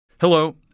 Hello